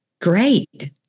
Great